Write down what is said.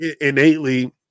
innately